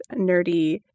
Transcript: nerdy